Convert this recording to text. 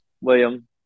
william